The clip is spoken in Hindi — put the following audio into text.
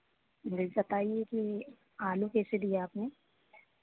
रेट बताईए कि आलू कैसे दिया अपने